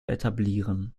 etablieren